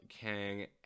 Kang